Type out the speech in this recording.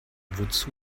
wozu